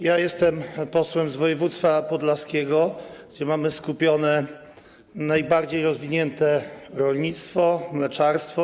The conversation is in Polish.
Jestem posłem z województwa podlaskiego, gdzie mamy skupione najbardziej rozwinięte rolnictwo, mleczarstwo.